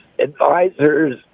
advisors